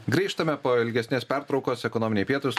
grįžtame po ilgesnės pertraukos ekonominiai pietūs